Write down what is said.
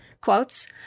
quotes